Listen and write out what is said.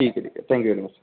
ठीक आहे ठीक आहे थँक्यू वेरी मच